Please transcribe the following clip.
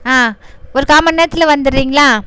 ஆ ஒரு கால் மணி நேரத்தில் வந்துடுறீங்களா